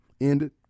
ended